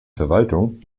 verwaltung